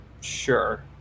Sure